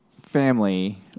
family